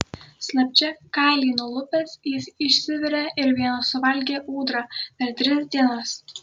slapčia kailį nulupęs jis išsivirė ir vienas suvalgė ūdrą per tris dienas